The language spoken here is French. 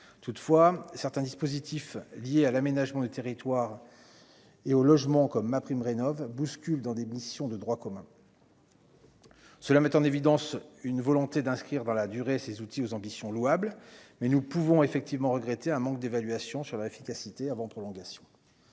toutefois certains dispositifs liés à l'aménagement du territoire et au logement comme MaPrimeRénov'bouscule dans des missions de droit commun. Cela met en évidence une volonté d'inscrire dans la durée ces outils aux ambitions louables, mais nous pouvons effectivement regretter un manque d'évaluation sur l'efficacité avant prolongation